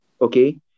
Okay